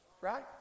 right